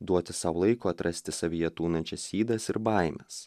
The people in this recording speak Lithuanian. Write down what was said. duoti sau laiko atrasti savyje tūnančias ydas ir baimes